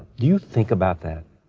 you think about that?